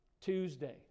Tuesday